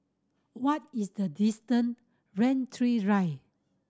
what is the distance Rain Tree Drive